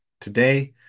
today